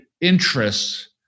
interests